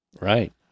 Right